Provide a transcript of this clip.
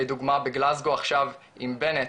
לדוגמא בגלזגו עכשיו עם בנט,